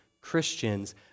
Christians